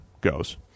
goes